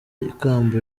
ikamba